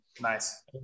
Nice